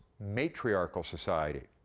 matriarchal society.